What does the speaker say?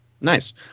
Nice